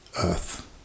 Earth